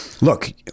Look